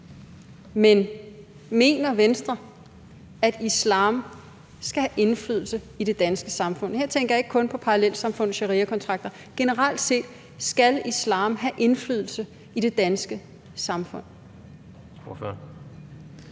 men mener Venstre, at islam skal have indflydelse i det danske samfund? Her tænker jeg ikke kun på parallelsamfund og shariakontrakter, men skal islam generelt set have indflydelse i det danske samfund?